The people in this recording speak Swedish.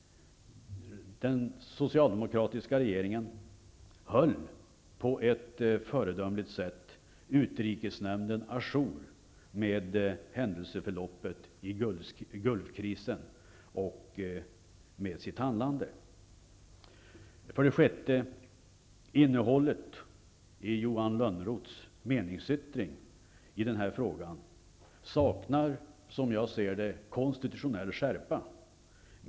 Den socialdemokratiska regeringen höll med sitt handlande på ett föredömligt sätt utrikesnämnden à jour med händelseförloppet i Gulfkrisen. 6. Innehållet i Johan Lönnroths meningsyttring i denna fråga saknar konstitutionell skärpa.